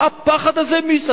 מה הפחד הזה מספטמבר?